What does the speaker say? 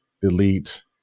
delete